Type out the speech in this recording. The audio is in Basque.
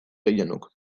gehienok